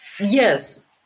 yes